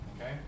okay